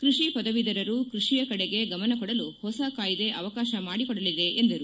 ಕೃಷಿ ಪದವೀದರರು ಕೃಷಿಯ ಕಡೆಗೆ ಗಮನ ಕೊಡಲು ಹೊಸ ಕಾಯ್ದೆ ಅವಕಾಶ ಮಾಡಿಕೊಡಲಿದೆ ಎಂದರು